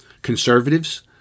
Conservatives